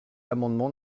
amendement